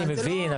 אני מבין,